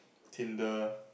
Tinder